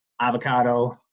avocado